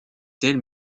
tels